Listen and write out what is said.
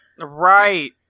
Right